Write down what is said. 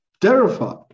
terrified